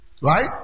right